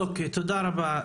תודה רבה.